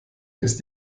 ist